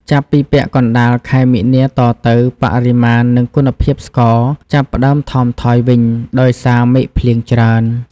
ចាប់ពីពាក់កណ្ដាលខែមីនាតទៅ បរិមាណ និងគុណភាពស្ករ ចាប់ផ្ដើមថមថយវិញ ដោយសារមេឃភ្លៀងច្រើន។